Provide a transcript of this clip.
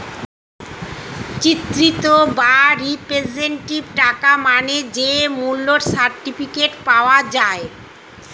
চিত্রিত বা রিপ্রেজেন্টেটিভ টাকা মানে যে মূল্য সার্টিফিকেট পাওয়া যায়